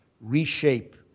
reshape